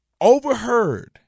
overheard